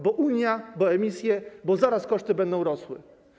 Bo Unia, bo emisje, bo zaraz koszty będą rosły.